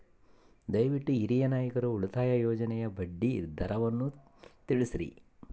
ದಯವಿಟ್ಟು ಹಿರಿಯ ನಾಗರಿಕರ ಉಳಿತಾಯ ಯೋಜನೆಯ ಬಡ್ಡಿ ದರವನ್ನು ತಿಳಿಸ್ರಿ